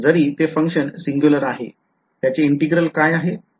जरी ते Function singular आहे त्याचे integral काय आहे